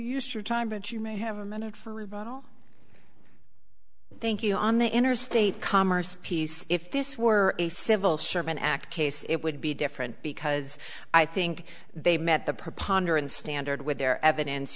use your time but you may have a minute for rebuttal thank you on the interstate commerce piece if this were a civil sherman act case it would be different because i think they met the preponderance standard with their evidence